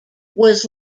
was